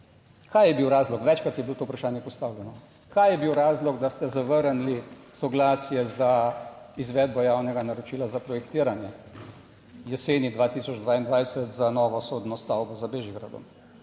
kaj je bil razlog, večkrat je bilo to vprašanje postavljeno, kaj je bil razlog, da ste zavrnili soglasje za izvedbo javnega naročila za projektiranje jeseni 2022 za novo sodno stavbo za Bežigradom?